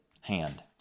hand